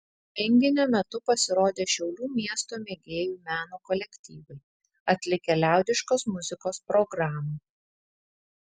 renginio metu pasirodė šiaulių miesto mėgėjų meno kolektyvai atlikę liaudiškos muzikos programą